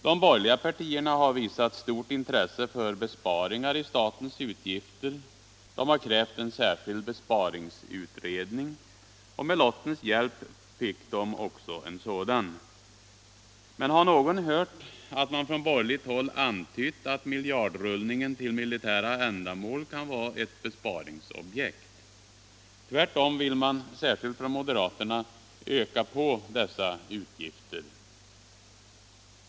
De borgerliga partierna har visat stort intresse för besparingar i statens utgifter. De har krävt en särskild besparingsutredning. Med lottens hjälp fick de också en sådan. Men har någon hört att man från borgerligt håll antytt att miljardrullningen till militära ändamål kan vara ett besparingsobjekt? Tvärtom vill man — särskilt från moderaterna — öka dessa utgifter.